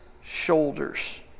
shoulders